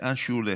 לאן שהוא הולך.